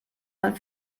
man